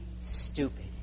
stupid